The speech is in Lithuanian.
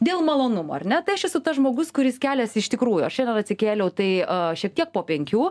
dėl malonumo ar ne tai aš esu tas žmogus kuris keliasi iš tikrųjų aš šiandien atsikėliau tai šiek tiek po penkių